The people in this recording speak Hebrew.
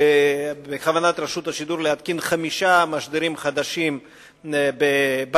בכוונת רשות השידור להתקין חמישה משדרים חדשים בבעל-חצור,